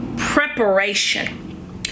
Preparation